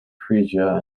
frisia